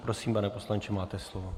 Prosím, pane poslanče, máte slovo.